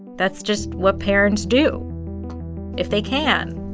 that's just what parents do if they can